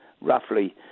roughly